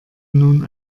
nun